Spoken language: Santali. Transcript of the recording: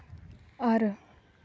ᱟᱨ